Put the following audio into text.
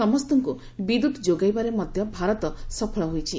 ସମସ୍ତଙ୍କୁ ବିଦ୍ୟୁତ୍ ଯୋଗାଇବାରେ ମଧ୍ୟ ଭାରତ ସଫଳ ହୋଇଛି